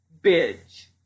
Bitch